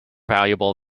valuable